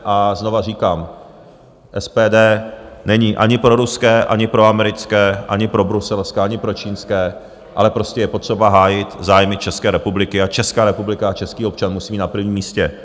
A znovu říkám, SPD není ani proruské, ani proamerické, ani probruselské, ani pro čínské, ale prostě je potřeba hájit zájmy České republiky a Česká republika a český občan musí na prvním místě.